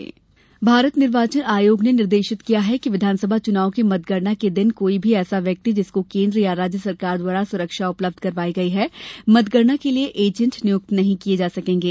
मतगणना एजेंट भारत निर्वाचन आयोग ने निर्देशित किया है कि विधानसभा चुनाव की मतगणना के दिन कोई भी ऐसा व्यक्ति जिसकों केन्द्र अथवा राज्य सरकार द्वारा सुरक्षा उपलब्ध करवाई गई है मतगणना के लिये एजेंट नियुक्त नहीं किये जा सकेंगे